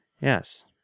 Yes